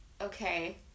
okay